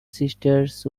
sisters